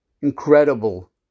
incredible